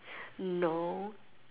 no